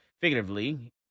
figuratively